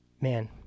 man